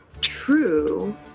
True